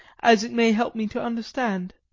as it may help me to understand.